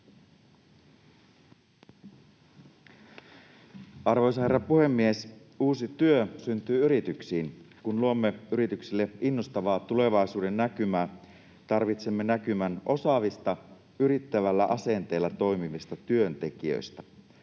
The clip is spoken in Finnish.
Arvoisa herra puhemies! Uusi työ syntyy yrityksiin. Kun luomme yrityksille innostavaa tulevaisuudennäkymää, tarvitsemme näkymän osaavista, yrittävällä asenteella toimivista työntekijöistä.